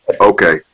Okay